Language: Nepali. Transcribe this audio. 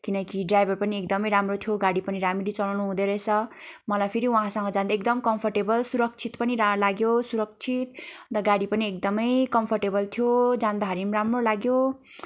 किनकि ड्राइभर पनि एकदमै राम्रो थियो गाडी पनि राम्ररी चलाउनु हुदो रहेछ मलाई फेरि उहासँग जाँदा एकदम कम्फर्टेबल सुरक्षित पनि लाग्यो सुरक्षित अन्त गाडी पनि एकदमै कम्फर्टेबल थियो जाँदाखेरि पनि राम्रो लाग्यो